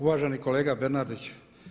Uvaženi kolega Bernardić.